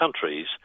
countries